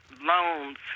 loans